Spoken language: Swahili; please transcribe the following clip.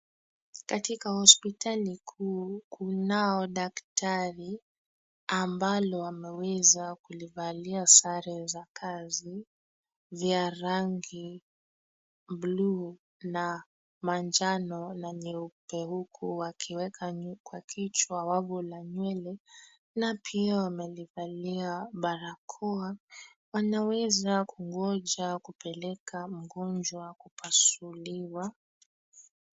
Katika hospitali kuu, kunao daktari ambalo wameweza kulivalia sare za kazi, vya rangi bluu, na manjano, na nyeupe, huku wakiweka kwa kichwa wavu la nywele, na pia wamelivalia barakoa. Wanaweza kungonja kupeleka mgonjwa wa kupasuliwa.